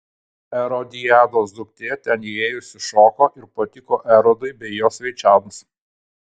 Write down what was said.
erodiados duktė ten įėjusi šoko ir patiko erodui bei jo svečiams